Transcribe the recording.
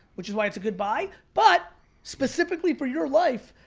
which is why it's a good buy. but specifically for your life,